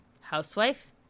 housewife